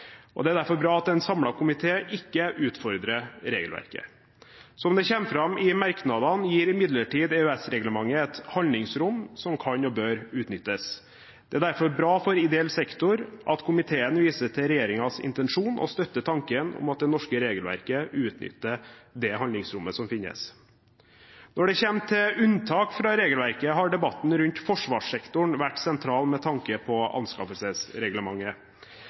og det er derfor bra at en samlet komité ikke utfordrer regelverket. Som det kommer fram i merknadene, gir imidlertid EØS-reglementet et handlingsrom som kan og bør utnyttes. Det er derfor bra for ideell sektor at komiteen viser til regjeringens intensjon og støtter tanken om at det norske regelverket utnytter det handlingsrommet som finnes. Når det kommer til unntak fra regelverket, har debatten rundt forsvarssektoren vært sentral med tanke på anskaffelsesreglementet.